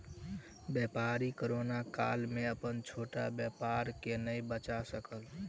व्यापारी कोरोना काल में अपन छोट व्यापार के नै बचा सकल